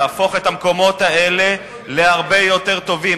להפוך את המקומות האלה להרבה יותר טובים.